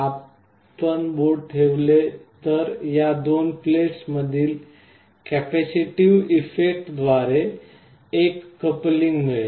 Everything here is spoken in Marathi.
आपण बोट ठेवले तर या दोन प्लेट्समध्ये कपॅसिटीव्ह इफेक्टद्वारे एक कपलिंग मिळेल